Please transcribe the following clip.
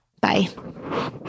Bye